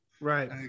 right